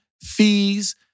fees